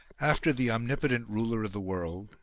after the omnipotent ruler of the world,